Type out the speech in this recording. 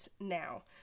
now